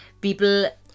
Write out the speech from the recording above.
people